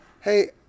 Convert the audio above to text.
hey